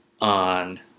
on